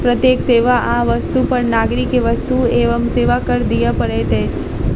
प्रत्येक सेवा आ वस्तु पर नागरिक के वस्तु एवं सेवा कर दिअ पड़ैत अछि